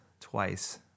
twice